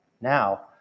Now